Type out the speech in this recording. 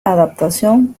adaptación